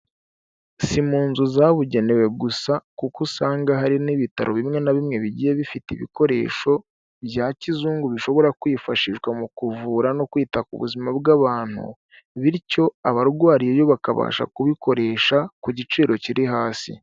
Si mu nzu zabugenewe gusa kuko usanga hari n'ibitaro bimwe na bimwe bigiye bifite ibikoresho bya kizungu bishobora kwifashishwa mu kuvura no kwita ku buzima bw'abantu, bityo abarwariyeyo bakabasha kubikoresha ku giciro kiri hasi.